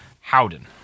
Howden